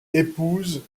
épouses